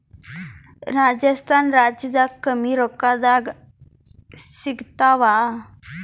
ರಾಜಸ್ಥಾನ ರಾಜ್ಯದಾಗ ಕಮ್ಮಿ ರೊಕ್ಕದಾಗ ಸಿಗತ್ತಾವಾ?